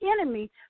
enemy